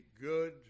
good